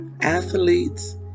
athletes